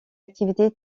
activité